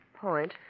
Point